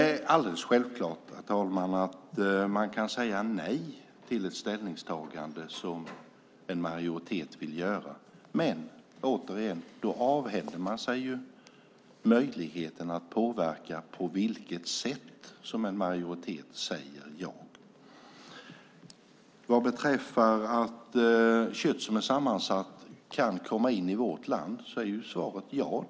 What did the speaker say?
Man kan självklart säga nej till ett ställningstagande som en majoritet vill göra, men då avhänder man sig möjligheten att påverka på vilket sätt en majoritet säger ja. När det gäller frågan om kött som är sammansatt kan komma in i vårt land är svaret ja.